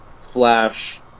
Flash